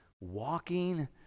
walking